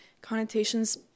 connotations